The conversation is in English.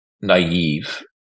naive